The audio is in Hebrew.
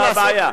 מה הבעיה?